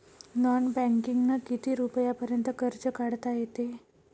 Non बँकिंगनं किती रुपयापर्यंत कर्ज काढता येते?